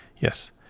Yes